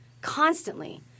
Constantly